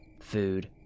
food